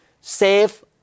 save